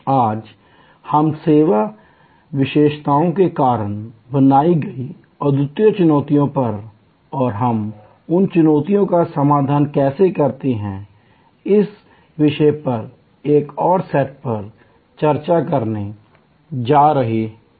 आज हम सेवा विशेषताओं के कारण बनाई गई अद्वितीय चुनौतियों पर और हम उन चुनौतियों का समाधान कैसे करते हैं इस विषयपर एक और सेट पर चर्चा करने जा रहे हैं